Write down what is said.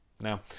Now